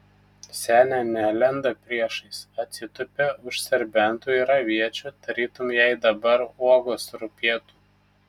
senė nelenda priešais atsitupia už serbentų ir aviečių tarytum jai dabar uogos rūpėtų